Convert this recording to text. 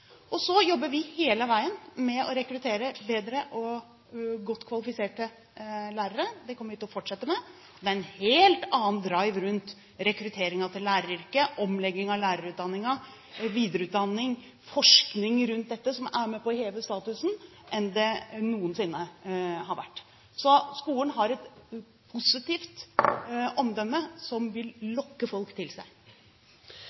jobber hele veien med å rekruttere bedre og godt kvalifiserte lærere. Det kommer vi til å fortsette med. Det er en helt annen drive rundt rekrutteringen til læreryrket, omlegging av lærerutdanningen, videreutdanning, forskning rundt dette, som er med på å heve statusen, enn det noensinne har vært. Så skolen har et positivt omdømme som vil